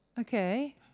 Okay